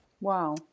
Wow